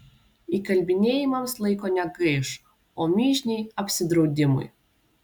įkalbinėjimams laiko negaiš o mižniai apsidraudimui